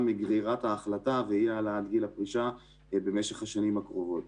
מגרירת ההחלטה ואי העלאת גיל הפרישה במשך השנים הקרובות.